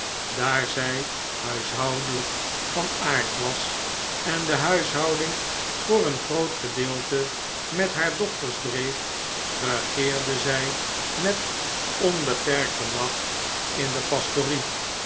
daar zij huishoudelijk van aard was en de huishouding voor een groot gedeelte met haar dochters dreef regeerde zij met onbeperkte macht in de pastorie